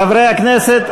חברי הכנסת,